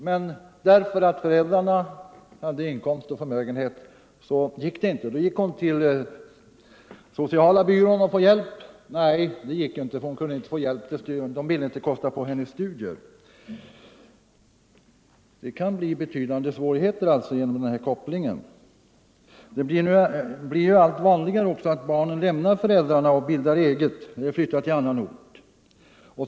Men därför att föräldrarna hade inkomst och förmögenhet kunde hon inte få studiehjälp. Då vände hon sig till sociala byrån för att få hjälp. Nej, byrån ville inte kosta på henne studier. Det kan alltså bli betydande svårigheter genom denna koppling. Det blir även allt vanligare att barnen lämnar föräldrarna och bildar eget hem, kanske på annan ort.